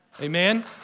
Amen